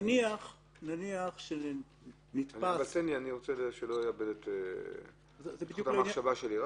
נניח שנתפס --- אני רוצה לא לאבד את חוט המחשבה שלי.